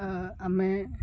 ଆମେ